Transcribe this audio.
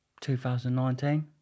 2019